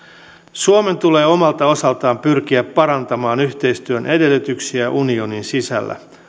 suomen tulee omalta osaltaan pyrkiä parantamaan yhteistyön edellytyksiä unionin sisällä